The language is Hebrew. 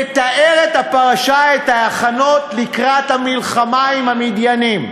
מתארת הפרשה את ההכנות לקראת המלחמה עם המדיינים,